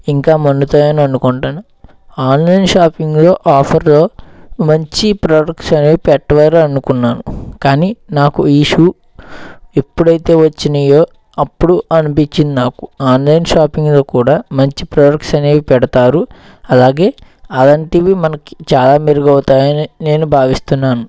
ఇంకా మన్నుతాయని అనుకుంటాను ఆన్లైన్ షాపింగ్లో ఆఫర్లో మంచి ప్రొడక్ట్స్ అనేవి పెట్టారని అనుకున్నాను కానీ నాకు ఈ షూ ఎప్పుడైతే వచ్చినాయో అప్పుడు అనిపించింది నాకు ఆన్లైన్ షాపింగ్లో కూడా మంచి ప్రొడక్ట్స్ అనేవి పెడతారు అలాగే అలాంటివి మనకి చాలా మెరుగవుతాయని నేను భావిస్తున్నాను